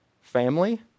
Family